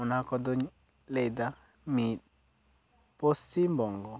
ᱚᱱᱟ ᱠᱚ ᱫᱚᱧ ᱞᱟᱹᱭ ᱮᱫᱟ ᱢᱤᱫ ᱯᱚᱪᱷᱤᱢ ᱵᱚᱝᱜᱚ